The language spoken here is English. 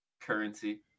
currency